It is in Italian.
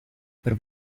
per